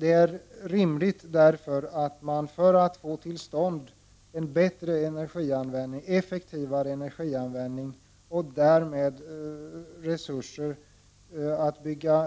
Det är därför viktigt att vi nu, för att få till stånd en bättre effektivare energianvändning och därmed resurser att